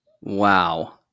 Wow